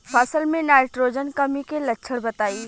फसल में नाइट्रोजन कमी के लक्षण बताइ?